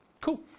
Cool